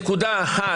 נקודה אחת,